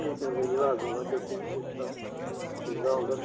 ठीक है भिजवा दूँगा जब भी देखता हूँ भिजवाऊँगा